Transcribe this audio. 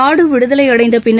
நாடு விடுதலை அடைந்த பின்னர்